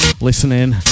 listening